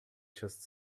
just